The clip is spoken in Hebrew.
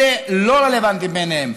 אלה לא רלוונטיים בעיניהם.